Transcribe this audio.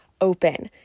open